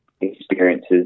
experiences